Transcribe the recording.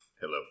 Hello